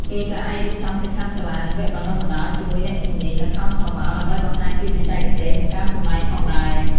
គេក៏អាចរៀបចំសិក្ខាសាលា និងវគ្គបណ្តុះបណ្តាលជាមួយអ្នកជំនាញល្ខោនស្រមោល ដើម្បីបង្ហាញពីបច្ចេកទេស និងការសម្តែងផងដែរ។